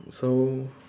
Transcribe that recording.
so